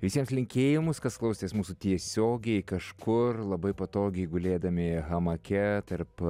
visiems linkėjimus kas klausotės mūsų tiesiogiai kažkur labai patogiai gulėdami hamake tarp